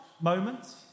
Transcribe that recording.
Moments